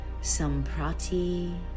Samprati